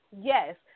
yes